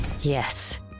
Yes